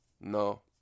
No